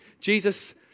Jesus